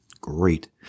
Great